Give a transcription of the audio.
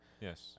Yes